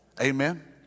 Amen